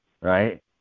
right